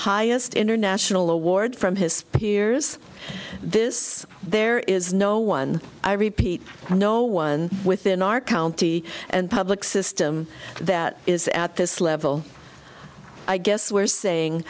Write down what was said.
highest international award from his peers this there is no one i repeat no one within our county and public system that is at this level i guess we're saying